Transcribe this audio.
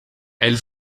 elle